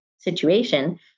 situation